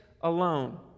alone